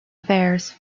affairs